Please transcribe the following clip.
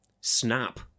Snap